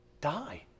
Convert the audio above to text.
die